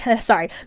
sorry